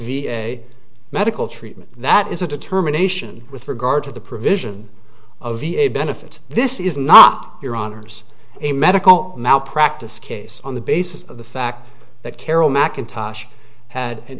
v a medical treatment that is a determination with regard to the provision of v a benefits this is not your honour's a medical malpractise case on the basis of the fact that carole mackintosh had an